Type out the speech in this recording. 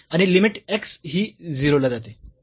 आणि limit x ही 0 ला जाते